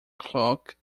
cloak